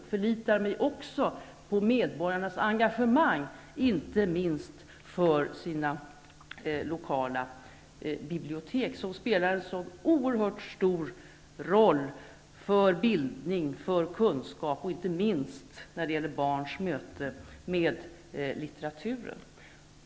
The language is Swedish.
Jag förlitar mig också på medborgarnas engagemang för sina lokala bibliotek, som spelar en så oerhört stor roll för bildning och kunskap och inte minst för barns möte med litteraturen.